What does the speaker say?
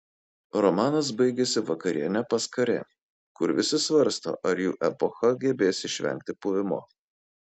romanas baigiasi vakariene pas karė kur visi svarsto ar jų epocha gebės išvengti puvimo